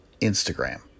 Instagram